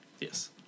Yes